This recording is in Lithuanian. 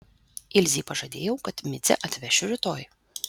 ilzei pažadėjau kad micę atvešiu rytoj